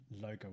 logo